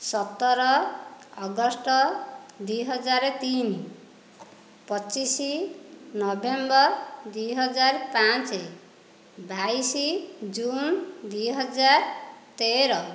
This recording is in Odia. ସତର ଅଗଷ୍ଟ ଦୁଇହଜାର ତିନି ପଚିଶି ନଭେମ୍ବର ଦୁଇହଜାର ପାଞ୍ଚ ବାଇଶି ଜୁନ ଦୁଇହଜାର ତେର